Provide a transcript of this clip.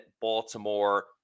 Baltimore